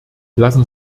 lassen